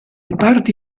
parti